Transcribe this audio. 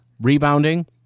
rebounding